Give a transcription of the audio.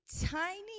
tiny